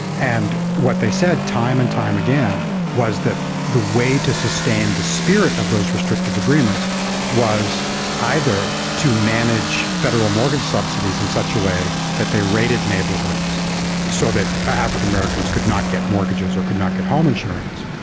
and what they said time and time again was that the way to sustain the spirit of those restrictive agreements was either to manage federal mortgage subsidies in such a way that they raided neighbourhoods so that african-americans could not get mortgages or could not get home insurance,